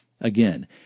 Again